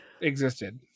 existed